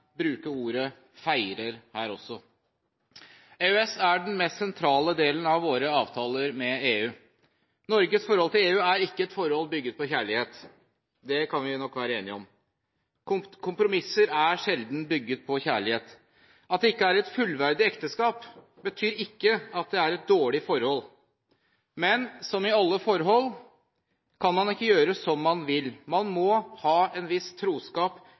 bruke ordet «feirer» her også. EØS er den mest sentrale delen av våre avtaler med EU. Norges forhold til EU er ikke et forhold bygget på kjærlighet, det kan vi nok være enige om. Kompromisser er sjelden bygget på kjærlighet. At det ikke er et fullverdig ekteskap, betyr ikke at det er et dårlig forhold, men som i alle forhold kan man ikke gjøre som man vil. Man må ha en viss troskap